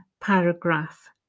paragraph